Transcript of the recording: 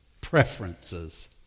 preferences